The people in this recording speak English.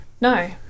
no